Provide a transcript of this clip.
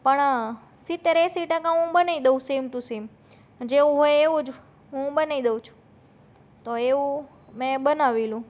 પણ સિત્તેર એંસી ટકા હું બનાવી દઉં સેમ ટૂ સેમ જેવું હોય એવું જ હું બનાઈ દઉં છું તો એવું મેં બનાવેલું